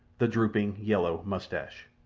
the drooping yellow moustache.